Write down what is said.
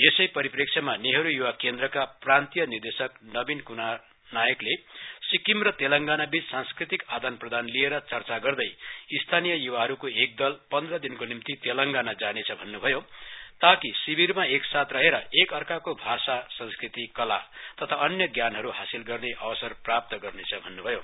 यसै परिप्रेक्ष्यमा नेहरू य्वा केन्द्रका प्रान्तीथ निदेशक नबीन क्मार नायकले सिक्किम र तेलांगाना बीच सांस्कृतिक आदान प्रदान लिएर चर्चा गर्दै स्थानीय युवाहरूको एकदल पन्द्रहदिनको निम्ति तेलंगाना जाने छ भन्न्भयो ताकि शिविरमा एकसाथ रहेर एक अर्काको भाषा शंस्कृति कला तथा अन्य ज्ञानहरू हासिल गर्ने अवसर प्राप्त गर्नेछ भन्न्भयो